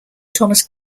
thomas